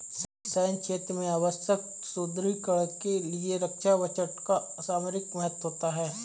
सैन्य क्षेत्र में आवश्यक सुदृढ़ीकरण के लिए रक्षा बजट का सामरिक महत्व होता है